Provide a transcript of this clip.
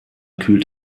kühlt